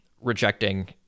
Rejecting